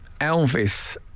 Elvis